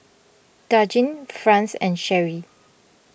Dadyn Franz and Cherri